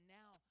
now